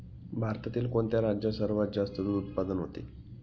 भारतातील कोणत्या राज्यात सर्वात जास्त दूध उत्पादन होते?